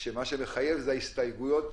כשמה שמחייב זה ההסתייגויות,